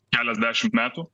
keliasdešimt metų